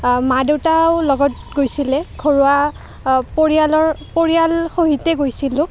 মা দেউতাও লগত গৈছিলে ঘৰুৱা পৰিয়ালৰ পৰিয়াল সহিতে গৈছিলোঁ